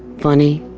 funny,